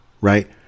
right